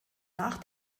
nach